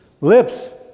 lips